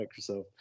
Microsoft